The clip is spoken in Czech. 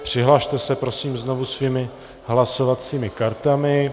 Přihlaste se prosím znovu svými hlasovacími kartami...